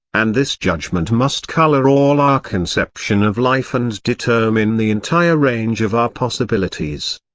and this judgment must colour all our conception of life and determine the entire range of our possibilities.